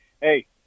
hey